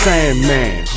Sandman